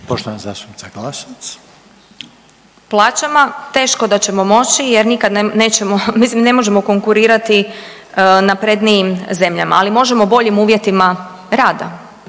**Glasovac, Sabina (SDP)** Plaćama teško da ćemo moći jer nikad nećemo, mislim ne možemo konkurirati naprednijim zemljama, ali možemo boljim uvjetima rada.